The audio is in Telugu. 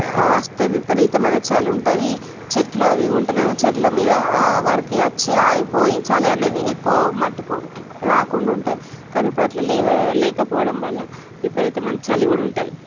వస్తే విపరీతమైన చలి ఉంటుంది చెట్లు అవివి ఉంటానేమో చెట్ల మీద వరకు వచ్చి ఆగిపోయి చలి అనేది ఎక్కువ మట్టుకు రాకుండా ఉంటుంది కాని ఇప్పుడు అట్ల లేవు లేకపోవడం వల్ల విపరీతమైన చలి కూడా ఉంటుంది